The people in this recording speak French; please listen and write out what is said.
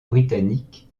britannique